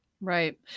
right